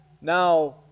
Now